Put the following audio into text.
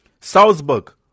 Salzburg